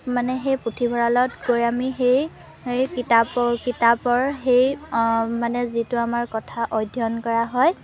মানে সেই পুথিভঁৰালত গৈ আমি সেই কিতাপ কিতাপৰ সেই মানে যিটো আমাৰ কথা অধ্যয়ন কৰা হয়